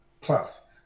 plus